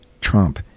Trump